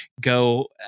go